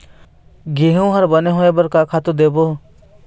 गेहूं हर बने होय बर का खातू देबो?